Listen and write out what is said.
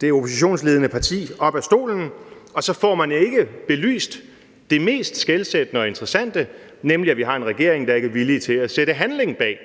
det oppositionsledende parti op af stolen, og så får man ikke belyst det mest skelsættende og interessante, nemlig at vi har en regering, der ikke er villig til at sætte handling bag